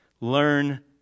Learn